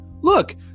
look